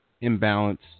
imbalance